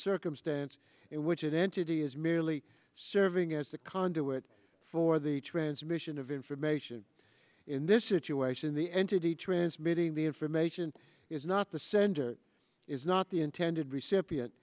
circumstance in which an entity is merely serving as the conduit for the transmission of information in this situation the entity transmitting the information is not the sender is not the intended recipient